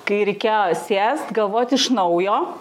kai reikėjo sėst galvot iš naujo